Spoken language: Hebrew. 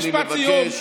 אני מבקש.